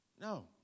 No